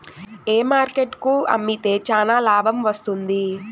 ఏ market కు అమ్మితే చానా లాభం వస్తుంది?